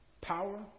power